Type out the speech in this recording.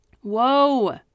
Whoa